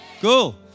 Cool